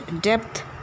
depth